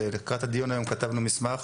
לקראת הדיון היום כתבנו מסמך